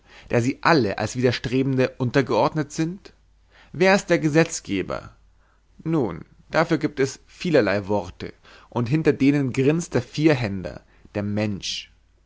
der sie alle als widerstrebende untergeordnet sind wer ist der gesetzgeber nun dafür gibt es vielerlei worte und hinter denen grinst der vierhänder der mensch